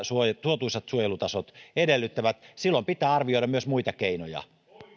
suotuisat suojelutasot edellyttävät silloin pitää arvioida myös muita keinoja